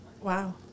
Wow